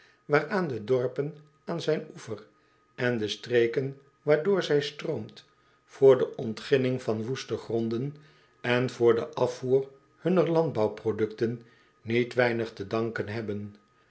waaraan de dorpen aan zijn oever en de streken waardoor hij stroomt voor de ontginning van woeste gronden en voor den afvoer hunner landbouwproducten niet weinig te danken hebben